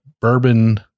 bourbon